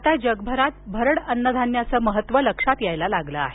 आता जगभरात भरड अन्नधान्याचं महत्त्व लक्षात यायला लागलं आहे